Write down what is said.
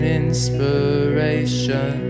inspiration